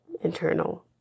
internal